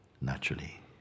naturally